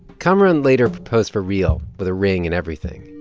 kamaran later proposed for real, with a ring and everything.